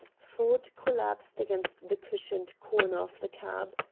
ford collapsed against the cushioned corner of the cab.